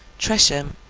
tresham,